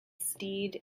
steed